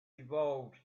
evolved